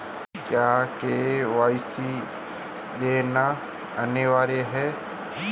क्या के.वाई.सी देना अनिवार्य है?